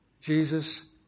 Jesus